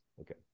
Okay